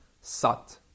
SAT